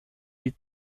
die